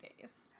days